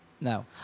No